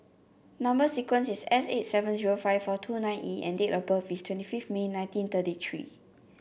number sequence is S eight seven zero five four two nine E and date of birth is twenty fifth May nineteen thirty three